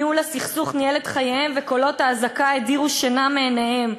ניהול הסכסוך ניהל את חייהם וקולות האזעקה הדירו שינה מעיניהם.